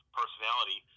personality